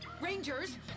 Rangers